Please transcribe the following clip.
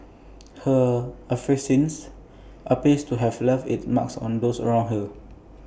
her effervescence appears to have left its mark on those around her